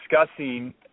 discussing